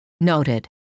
Noted